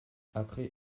après